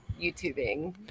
YouTubing